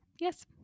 Yes